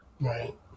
Right